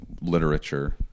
literature